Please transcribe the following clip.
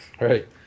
Right